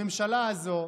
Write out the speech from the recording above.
הממשלה הזאת,